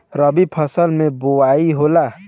रबी फसल मे बोआई होला?